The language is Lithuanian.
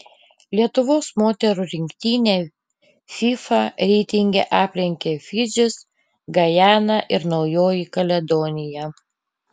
lietuvos moterų rinktinę fifa reitinge aplenkė fidžis gajana ir naujoji kaledonija